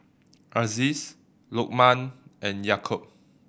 Aziz Lokman and Yaakob